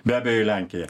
be abejo į lenkiją